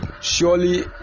surely